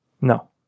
No